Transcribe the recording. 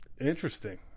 interesting